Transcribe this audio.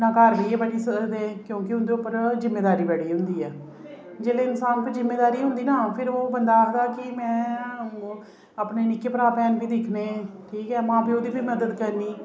नां घर बेहियै पढ़ी सकदे क्योंकि उं'दे उप्पर जिम्मेदारी बड़ी होंदी ऐ जिसलै इनसान उप्पर जिम्मेदारी होंदी ना फिर ओह् बंदा आखदा कि में अपने निक्के भ्रा भैन बी दिक्खने ठीक ऐ मां प्यो दी बी मदद करनी